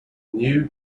new